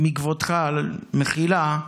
מכבודך מחילה,